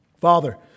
Father